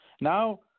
now